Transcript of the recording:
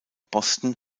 boston